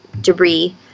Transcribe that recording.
debris